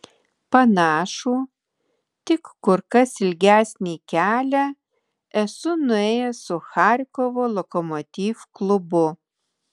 panašų tik kur kas ilgesnį kelią esu nuėjęs su charkovo lokomotiv klubu